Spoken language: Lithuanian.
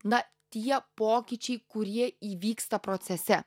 na tie pokyčiai kurie įvyksta procese